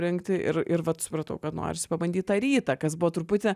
rinkti ir ir vat supratau kad norisi pabandyti tą rytą kas buvo truputį